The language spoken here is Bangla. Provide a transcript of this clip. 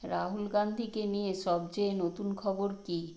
রাহুল গান্ধীকে নিয়ে সবচেয়ে নতুন খবর কী